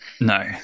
no